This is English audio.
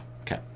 Okay